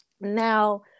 Now